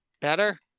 better